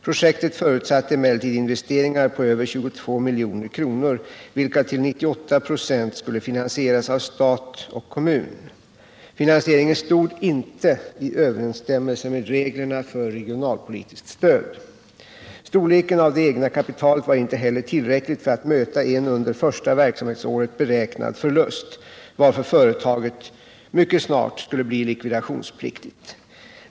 Projektet förutsatte emellertid investeringar på över 22 milj.kr., vilka till 98 26 skulle finansieras av stat och kommun. Finansieringen stod inte i överensstämmelse med reglerna för regionalpolitiskt stöd. Storleken av det egna kapitalet var inte heller tillräcklig för att möta en under första verksamhetsåret beräknad förlust, varför företaget mycket snart skulle bli likvidationspliktigt.